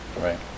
Right